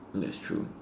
that's true